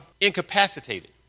incapacitated